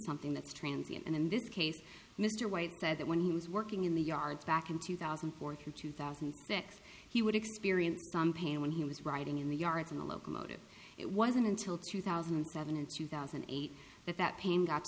something that's transience and in this case mr white said that when he was working in the yard back in two thousand and four through two thousand and six he would experience pain when he was riding in the yards in a locomotive it wasn't until two thousand and seven and two thousand and eight that that pain got